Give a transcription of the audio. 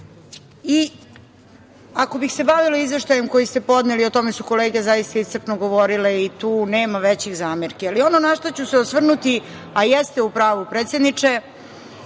Ako bih se bavila izveštajem koji ste podneli, o tome su kolege zaista iscrpno govorile i tu nema većih zamerki. Ono na šta ću se osvrnuti, a jeste u pravu predsedniče,